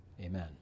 Amen